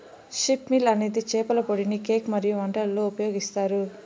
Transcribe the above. fish meal అనేది చేపల పొడిని కేక్ మరియు వంటలలో ఉపయోగిస్తారు